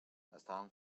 estaven